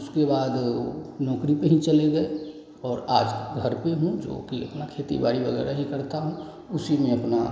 उसके बाद नौकरी पर ही चले गए और आज घर पर हूँ जोकि अपनी खेती बाड़ी वग़ैरह ही करता हूँ उसी में अपना